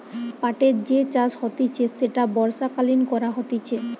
পাটের যে চাষ হতিছে সেটা বর্ষাকালীন করা হতিছে